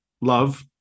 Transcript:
love